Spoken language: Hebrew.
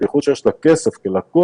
במיוחד שיש לה כסף כלקוח,